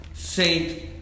saint